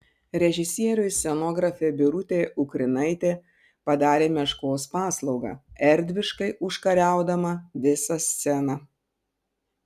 režisieriui scenografė birutė ukrinaitė padarė meškos paslaugą erdviškai užkariaudama visą sceną